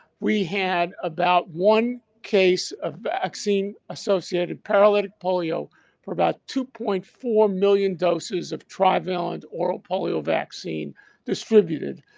we had about one case of vaccine associated paralytic polio for about two point four million doses of trivalent oral polio vaccine distributed.